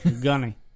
Gunny